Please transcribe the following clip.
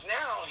now